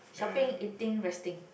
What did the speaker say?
shopping eating resting